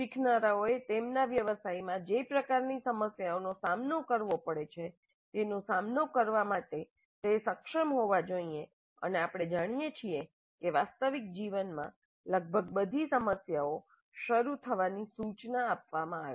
શીખનારાઓએ તેમના વ્યવસાયમાં જે પ્રકારની સમસ્યાઓનો સામનો કરવો પડે છે તેનો સામનો કરવા માટે તે સક્ષમ હોવા જોઈએ અને આપણે જાણીએ છીએ કે વાસ્તવિક જીવનમાં લગભગ બધી સમસ્યાઓ શરૂ થવાની સૂચના આપવામાં આવે છે